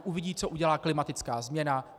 Uvidí, co udělá klimatická změna.